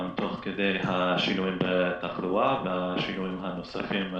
תוך כדי השינויים בתחלואה והשינויים הנוספים,